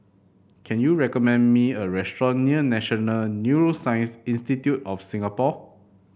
can you recommend me a restaurant near National Neuroscience Institute of Singapore